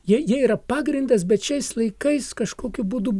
jie jie yra pagrindas bet šiais laikais kažkokiu būdu